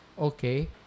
okay